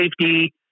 safety